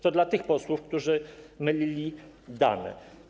To dla tych posłów, którzy mylili dane.